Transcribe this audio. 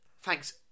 thanks